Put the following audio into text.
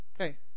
Okay